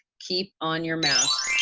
keep on your mask.